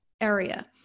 area